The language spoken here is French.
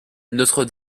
notre